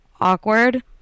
awkward